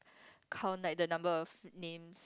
count like the number of names